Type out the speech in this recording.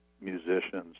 musicians